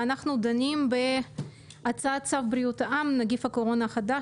ואנחנו דנים בהצעת צו בריאות העם (נגיף הקורונה החדש)